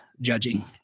judging